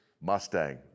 Mustang